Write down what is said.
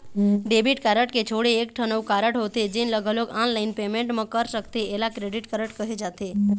debit card के छोड़े एकठन अउ कारड होथे जेन ल घलोक ऑनलाईन पेमेंट म कर सकथे एला क्रेडिट कारड कहे जाथे